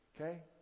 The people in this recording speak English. okay